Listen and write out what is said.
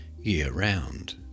year-round